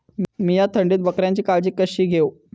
मीया थंडीत बकऱ्यांची काळजी कशी घेव?